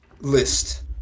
list